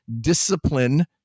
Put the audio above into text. discipline